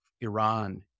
iran